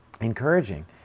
encouraging